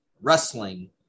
wrestling